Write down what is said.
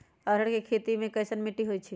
अरहर के खेती मे कैसन मिट्टी होइ?